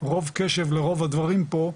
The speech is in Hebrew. רוב קשב לרוב הדברים פה,